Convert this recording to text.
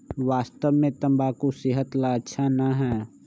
वास्तव में तंबाकू सेहत ला अच्छा ना है